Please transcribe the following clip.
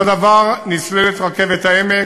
אותו דבר, נסללת רכבת העמק,